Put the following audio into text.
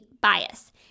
bias